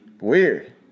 Weird